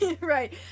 Right